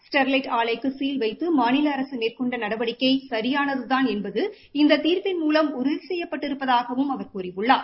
Sterlite ஆலைக்கு சீல்வைத்து மாநில அரசு மேற்கொண்ட நடவடிக்கை சியானதுதான் என்பது இந்த தீர்ப்பின் மூலம் உறுதி செய்யப்பட்டிருப்பதாகவும் அவர் கூறியுள்ளார்